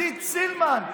עידית סילמן,